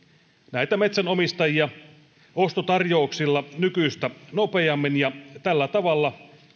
näitä metsänomistajia ostotarjouksilla nykyistä nopeammin ja käsitykseni mukaan tällä tavalla